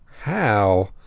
How